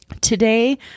Today